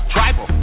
Tribal